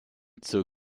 zur